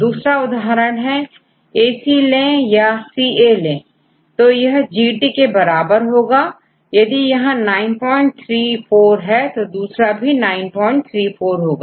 दूसरा उदाहरण यदिAC ले याCA ले तो यहGT के बराबर होगा यदि यहां934 है तो दूसरा भी934 होगा